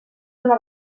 una